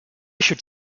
should